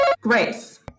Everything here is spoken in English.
grace